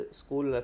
school